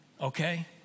Okay